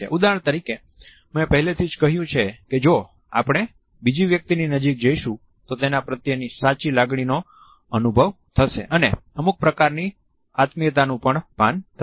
ઉદાહરણ તરીકે મેં પહેલેથી કહ્યું છે કે જો આપણે બીજી વ્યક્તિની નજીક જઈશું તો તેના પ્રત્યે ની સાચી લાગણીનો અનુભવ થશે અને અમુક પ્રકારની આત્મીયતાનુ પણ ભાન થશે